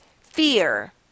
fear